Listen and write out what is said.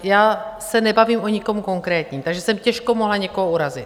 Já se nebavím o nikom konkrétním, takže jsem těžko mohla někoho urazit.